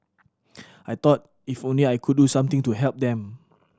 I thought if only I could do something to help them